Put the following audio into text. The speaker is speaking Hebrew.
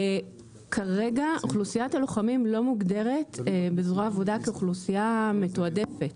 כרגע אוכלוסיית הלוחמים לא מוגדרת בזרוע העבודה כאוכלוסייה מתועדפת